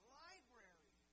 library